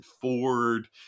Ford